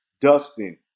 Dustin